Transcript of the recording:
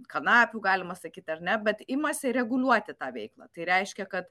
kanapių galima sakyt ar ne bet imasi reguliuoti tą veiklą tai reiškia kad